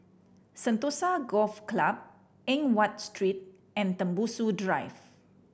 Sentosa Golf Club Eng Watt Street and Tembusu Drive